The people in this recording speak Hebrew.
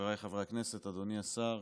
חבריי חברי הכנסת, אדוני השר,